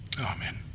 Amen